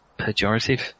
pejorative